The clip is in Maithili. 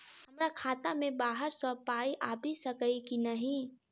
हमरा खाता मे बाहर सऽ पाई आबि सकइय की नहि?